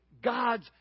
God's